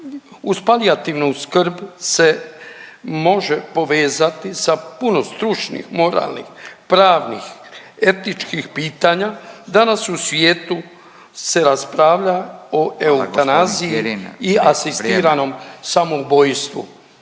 uz palijativnu skrb se može povezati sa puno stručnih, moralnih, pravnih, etičkih pitanja. Danas u svijetu se raspravlja o eutanaziji…/Upadica Radin: